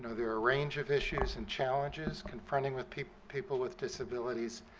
ah there are a range of issues and challenges confronting with people people with disabilities.